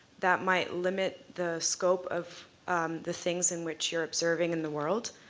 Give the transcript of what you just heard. that might limit the scope of the things in which you're observing in the world.